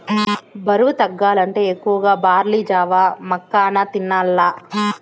బరువు తగ్గాలంటే ఎక్కువగా బార్లీ జావ, మకాన తినాల్ల